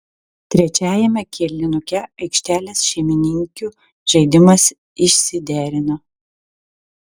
trečiajame kėlinuke aikštelės šeimininkių žaidimas išsiderino